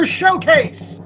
showcase